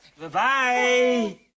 Bye-bye